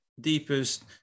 deepest